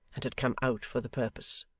and had come out for the purpose.